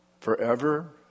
forever